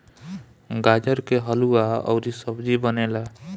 गाजर के हलुआ अउरी सब्जी बनेला